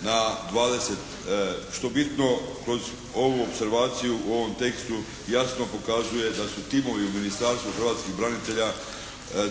na 20 što bitno kroz ovu opservaciju u ovom tekstu jasno pokazuje da su timovi u Ministarstvu hrvatskih branitelja